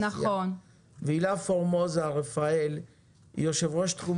והילה פורמוזה רפאל היא יושבת-ראש תחום